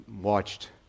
watched